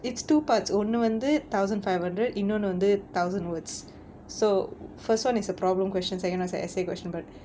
it's two parts ஒன்னு வந்து:onnu vanthu thousand five hundred இன்னொன்னு வந்து:innonnu vanthu thousand words so first one is a problem question second one is a essay question but